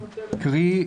קרי,